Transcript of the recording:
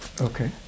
Okay